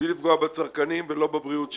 בלי לפגוע בצרכנים ולא בבריאות שלהם.